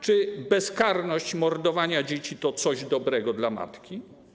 Czy bezkarność mordowania dzieci to coś dobrego dla matki?